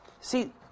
see